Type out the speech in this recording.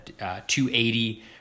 280